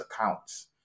accounts